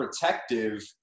protective